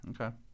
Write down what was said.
Okay